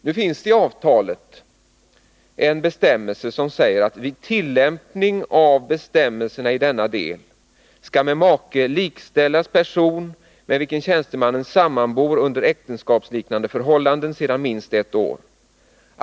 Det finns i avtalet en bestämmelse som säger: ”Vid tillämpning av bestämmelserna i denna del skall med make likställas person med vilken tjänstemannen sammanbor under äktenskapsliknande förhållanden sedan minst ett år.